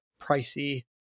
pricey